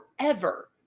forever